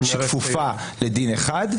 שכפופה לדין אחד,